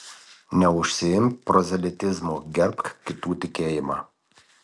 neužsiimk prozelitizmu gerbk kitų tikėjimą